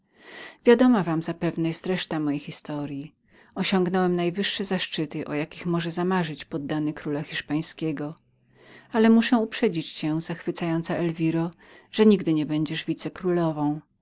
wiadoma wam zapewne reszta mojej historyi osiągnąłem najwyższe zaszczyty o jakich może zamarzyć poddany króla hiszpańskiego ale muszę uprzedzić cię zachwycająca elwiro że nigdy nie będziesz wicekrólową